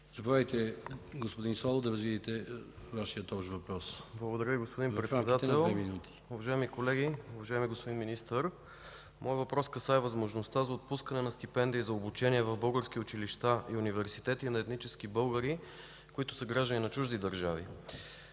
Заповядайте, господин Славов, да развиете Вашия общ въпрос. ПЕТЪР СЛАВОВ (РБ): Благодаря Ви, господин Председател. Уважаеми колеги, уважаеми господин Министър! Моят въпрос касае възможността за отпускане на стипендия за обучение в български училища и университети на етнически българи, които са граждани на чужди държави.